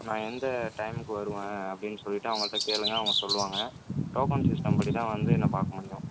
நான் எந்த டைமுக்கு வருவேன் அப்படின்னு சொல்லிவிட்டு அவங்கள்கிட்ட கேளுங்கள் அவங்க சொல்லுவாங்க டோக்கன் சிஸ்டம் படி தான் வந்து நான் பார்க்க முடியும்